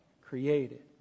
created